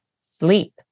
sleep